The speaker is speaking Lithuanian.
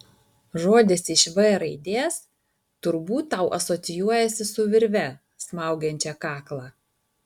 žodis iš v raidės turbūt tau asocijuojasi su virve smaugiančia kaklą